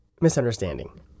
misunderstanding